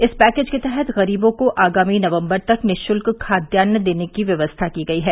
इस पैकेज के तहत गरीबों को आगामी नवम्बर तक निशुत्क खाद्यान्न देने की व्यवस्था की गयी है